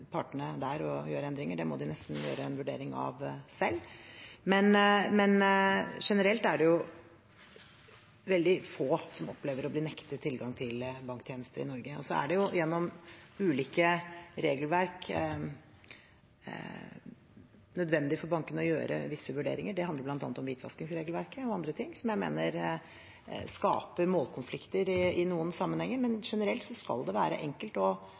partene der å gjøre endringer, det må de nesten gjøre en vurdering av selv. Generelt er det veldig få som opplever å bli nektet tilgang til banktjenester i Norge. Så er det gjennom ulike regelverk nødvendig for bankene å gjøre visse vurderinger. Det handler bl.a. om hvitvaskingsregelverket og andre ting, som jeg mener skaper målkonflikter i noen sammenhenger. Men generelt skal det være enkelt å